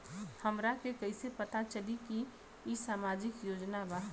हमरा के कइसे पता चलेगा की इ सामाजिक योजना बा?